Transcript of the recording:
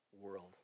world